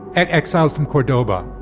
exiled from cordoba.